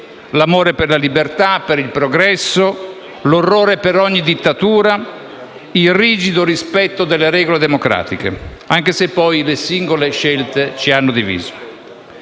(l'amore per la libertà e per il progresso, l'orrore per ogni dittatura, il rigido rispetto delle regole democratiche), anche se poi le singole scelte ci hanno diviso.